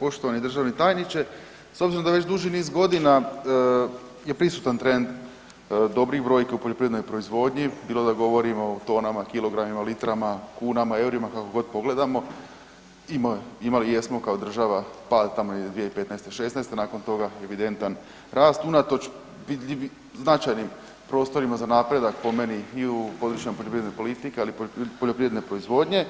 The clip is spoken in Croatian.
Poštovani državni tajniče, s obzirom da već duži niz godina je prisutan trend dobrih brojki u poljoprivrednoj proizvodnji, bilo da govorimo o tonama, kilogramima, litrama, kunama, eurima, kako god pogledamo, imali jesmo kao država pad tamo iz 2015., 2016., nakon toga je evidentan rast unatoč vidljivim značajnim prostorima za napredak po meni i u područjima poljoprivredne politike ali i poljoprivredne proizvodnje